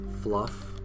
fluff